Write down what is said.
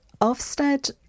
Ofsted